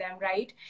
right